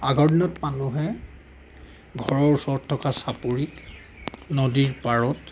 আগৰ দিনত মানুহে ঘৰৰ ওচৰত থকা চাপৰিত নদীৰ পাৰত